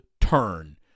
turn